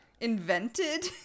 invented